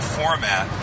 format